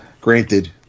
granted